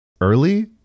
early